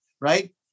right